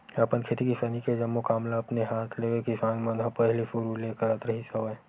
अपन खेती किसानी के जम्मो काम ल अपने हात ले किसान मन ह पहिली सुरु ले करत रिहिस हवय